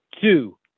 two